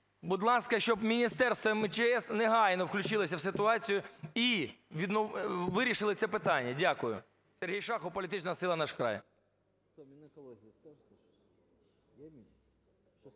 будь ласка, щоб Міністерства МЧС негайно включилося в ситуацію і вирішили це питання. Дякую. Сергій Шахов, політична сила "Наш край".